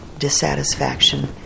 dissatisfaction